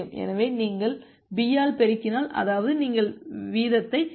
எனவே நீங்கள் b ஆல் பெருக்கினால் அதாவது நீங்கள் வீதத்தை கைவிடுகிறீர்கள்